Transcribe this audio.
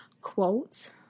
quote